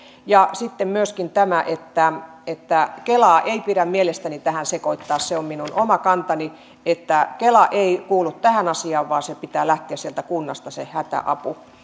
ja sitten on myöskin tämä että että kelaa ei pidä mielestäni tähän sekoittaa se on minun oma kantani että kela ei kuulu tähän asiaan vaan sen hätäavun pitää lähteä sieltä kunnasta